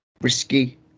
risky